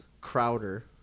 crowder